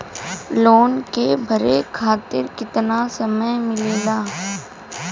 Loan के भरे खातिर कितना समय मिलेला?